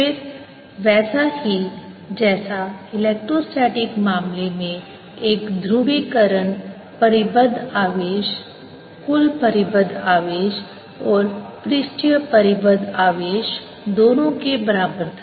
फिर वैसा ही जैसा इलेक्ट्रोस्टैटिक मामले में एक ध्रुवीकरण परिबद्ध आवेश कुल परिबद्ध आवेश और पृष्ठीय परिबद्ध आवेश दोनों के बराबर था